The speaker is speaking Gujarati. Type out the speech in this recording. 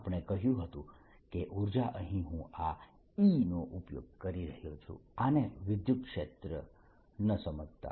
આપણે કહ્યું હતું કે ઉર્જા અહીં હું આ E નો ઉપયોગ કરી રહ્યો છું આને વિદ્યુતક્ષેત્ર ન સમજતા